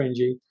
cringy